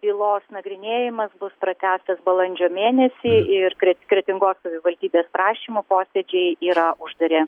bylos nagrinėjimas bus pratęstas balandžio mėnesį ir kre kretingos savivaldybės prašymu posėdžiai yra uždari